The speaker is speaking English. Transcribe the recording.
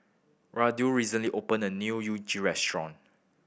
Rudolf recently opened a new Unagi restaurant